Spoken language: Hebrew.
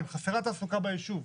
אם חסרה תעסוקה ביישוב.